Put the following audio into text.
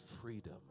freedom